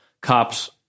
cops